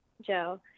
Joe